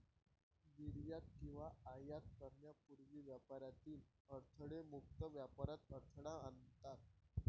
निर्यात किंवा आयात करण्यापूर्वी व्यापारातील अडथळे मुक्त व्यापारात अडथळा आणतात